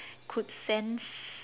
could sense